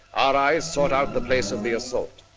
our eyes sought out the place of the assault.